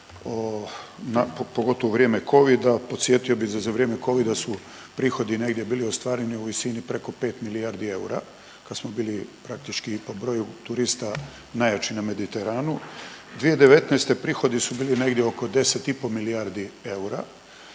pogotovo u vrijeme Covida, podsjetio bi da za vrijeme Covida su prihodi negdje bili ostvareni u visini preko 5 milijardi eura kad smo bili praktički po broju turista najjači na Mediteranu. 2019. prihodi su bili negdje oko 10,5 milijardi eura,